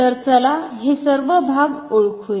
तर चला हे सर्व भाग ओळखुया